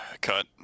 Cut